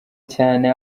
cyane